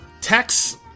text